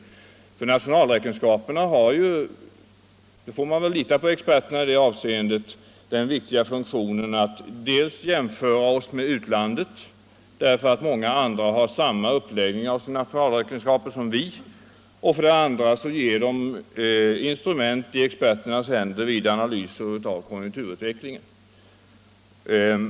Man får väl lita på experterna när de säger att nationalräkenskaperna har den viktiga funktionen defs att jämföra oss med utlandet, eftersom många andra länder har samma uppläggning av nationalräkenskaperna som vi, dels att vara intrument vid analyser av konjunkturutvecklingen.